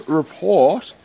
report